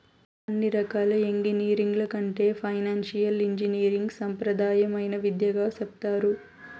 అన్ని రకాల ఎంగినీరింగ్ల కంటే ఫైనాన్సియల్ ఇంజనీరింగ్ సాంప్రదాయమైన విద్యగా సెప్తారు